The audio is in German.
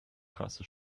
trasse